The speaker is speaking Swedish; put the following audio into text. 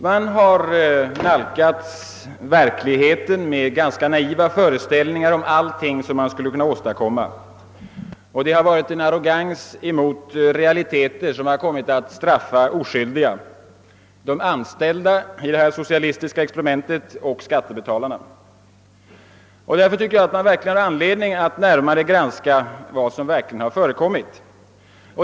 Man har nalkats verkligheten med ganska naiva föreställningar om allting som man skulle kunna åstadkomma och en arrogans mot realiteter som kommit att straffa oskyldiga, nämligen de anställda i det här socialistiska experimentet och skattebetalarna. Därför tycker jag att man har anledning att närmare granska vad som verkligen förekommit.